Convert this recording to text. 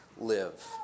live